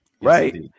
Right